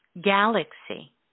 galaxy